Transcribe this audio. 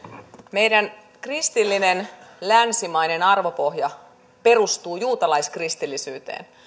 meidän kristillinen länsimainen arvopohja perustuu juutalais kristillisyyteen